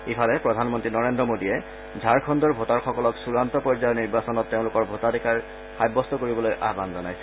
ইফালে প্ৰধানমন্ত্ৰী নৰেন্দ্ৰ মোদীয়ে ঝাৰখণ্ডৰ ভোটাৰসকলক চূড়ান্ত পৰ্যায়ৰ নিৰ্বাচনত তেওঁলোকৰ ভোটাধিকাৰ সাব্যস্ত কৰিবলৈ আহবান জনাইছে